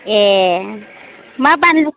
ए मा बानलु